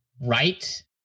right